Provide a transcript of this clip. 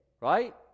right